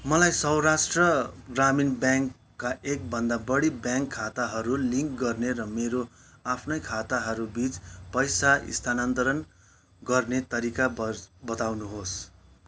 मलाई सौराष्ट्र ग्रामीण ब्याङ्कका एकभन्दा बढी ब्याङ्क खाताहरू लिङ्क गर्ने र मेरो आफ्नै खाताहरू बिच पैसा स्थानान्तरण गर्ने तरिका बर्च बताउनुहोस्